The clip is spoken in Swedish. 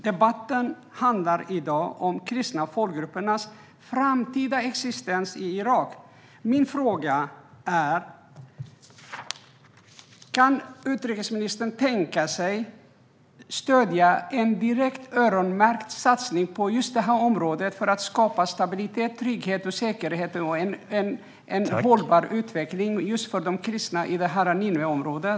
Debatten i dag handlar om de kristna folkgruppernas framtida existens i Irak. Min fråga är: Kan utrikesministern tänka sig att stödja en direkt öronmärkt satsning på just det här området för att skapa stabilitet, trygghet, säkerhet och en hållbar utveckling just för de kristna i Nineveområdet?